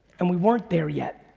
and we weren't there yet.